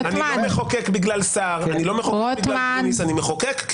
אני לא מחוקק בגלל סער, אני לא מחוקק בגלל גרוניס.